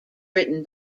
written